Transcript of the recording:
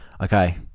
Okay